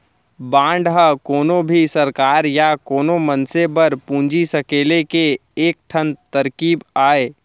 bond ह कोनो भी सरकार या कोनो मनसे बर पूंजी सकेले के एक ठन तरकीब अय